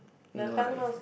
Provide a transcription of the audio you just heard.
eh no lah is